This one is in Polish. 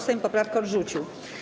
Sejm poprawkę odrzucił.